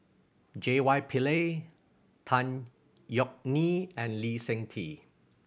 J Y Pillay Tan Yeok Nee and Lee Seng Tee